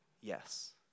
yes